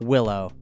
Willow